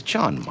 John